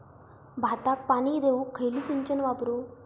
भाताक पाणी देऊक खयली सिंचन वापरू?